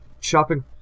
shopping